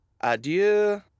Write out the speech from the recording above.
Adieu